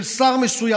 של שר מסוים,